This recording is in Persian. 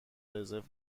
رزرو